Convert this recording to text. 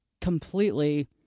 completely